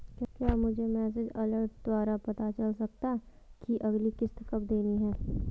क्या मुझे message alert द्वारा पता चल सकता कि अगली किश्त कब देनी है?